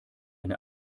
eine